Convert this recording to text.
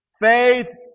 Faith